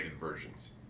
versions